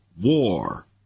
war